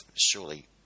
surely